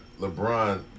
LeBron